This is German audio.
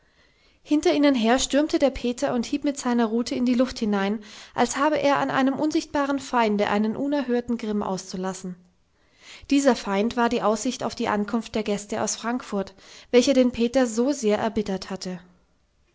hinter ihnen her stürmte der peter und hieb mit seiner rute in die luft hinein als habe er an einem unsichtbaren feinde einen unerhörten grimm auszulassen dieser feind war die aussicht auf die ankunft der gäste aus frankfurt welche den peter so sehr erbittert hatte